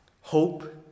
hope